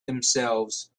themselves